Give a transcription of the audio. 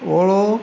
ઓળો